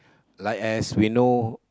like as we know